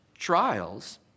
Trials